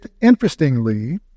interestingly